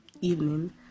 evening